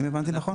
אם הבנתי נכון?